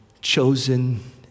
chosen